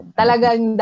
talagang